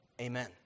Amen